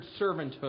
servanthood